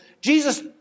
Jesus